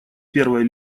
первой